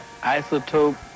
isotope